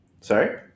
sorry